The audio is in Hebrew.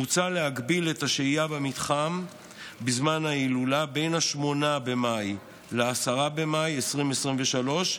מוצע להגביל את השהייה במתחם בזמן ההילולה בין 8 במאי ל-10 במאי 2023,